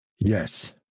Yes